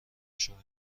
شعاع